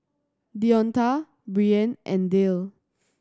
Deonta Brianne and Dale